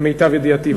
למיטב ידיעתי,